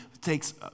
takes